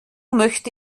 möchte